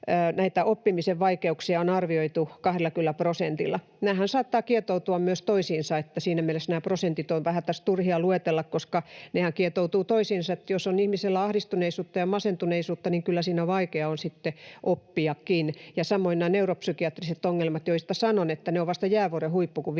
näitä oppimisen vaikeuksia arvioitu 20 prosentilla. Nämähän saattavat kietoutua myös toisiinsa, eli siinä mielessä nämä prosentit ovat tässä vähän turhia luetella, koska nehän kietoutuvat toisiinsa. Jos on ihmisellä ahdistuneisuutta ja masentuneisuutta, niin kyllä siinä vaikea on sitten oppiakin, ja samoin näissä neuropsykiatrisissa ongelmissa, joista sanon, että ne ovat vasta jäävuoren huippu, kun 5